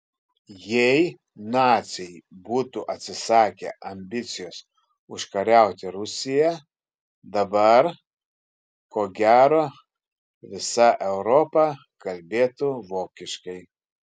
jei naciai būtų atsisakę ambicijos užkariauti rusiją dabar ko gero visa europa kalbėtų vokiškai